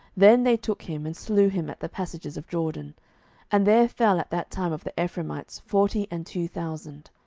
then they took him, and slew him at the passages of jordan and there fell at that time of the ephraimites forty and two thousand.